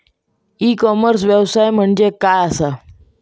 E commerce व्यवसाय म्हणजे काय असा?